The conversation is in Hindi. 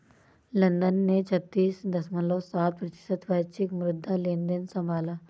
लंदन ने छत्तीस दश्मलव सात प्रतिशत वैश्विक मुद्रा लेनदेन संभाला